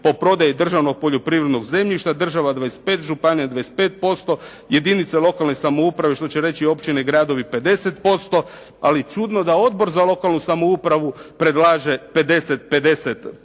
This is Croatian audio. o prodaju državnog poljoprivrednog zemljišta, država 25, županija 25%, jedinice lokalne samouprave, što će reći općine i gradovi 50%, ali čudno da Odbor za lokalnu samoupravu predlaže 50, 50%,